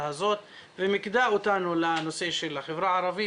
הזאת ומיקדה אותנו לנושא של החברה הערבית,